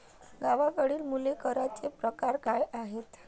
गावाकडली मुले करांचे प्रकार काय आहेत?